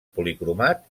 policromat